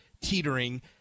teetering